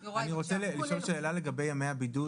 אני רוצה לשאול שאלה לגבי ימי הבידוד